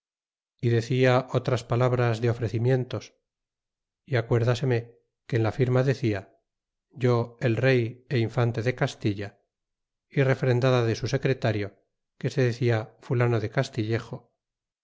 y decía otras palabras de ofrecimientos y acuérdaseme que en la firma decia yo el rey é infante de castilla y refrendada de su secretario que se decia fulano de castillejo